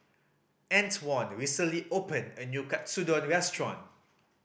Antwon recently opened a new Katsudon Restaurant